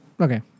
Okay